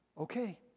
Okay